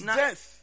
death